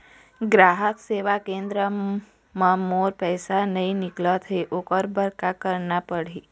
ग्राहक सेवा केंद्र म मोर पैसा नई निकलत हे, ओकर बर का करना पढ़हि?